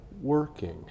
working